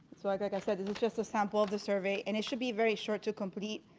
so like like i said, this is just a sample of the survey and it should be very short to complete.